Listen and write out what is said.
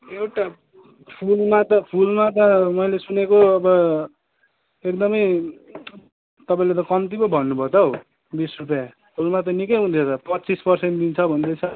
एउटा फुलमा त फुलमा त मैले सुनेको अब एकदमै तपाईँले त कम्ती पो भन्नु भयो त हौ बिस रुपे फुलमा त निकै हुन्थ्यो त पच्चिस पर्सेन्ट दिन्छ भन्दैछ